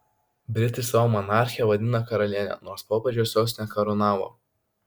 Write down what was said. britai savo monarchę vadina karaliene nors popiežius jos nekarūnavo